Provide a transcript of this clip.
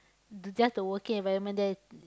the just the working environment there